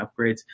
upgrades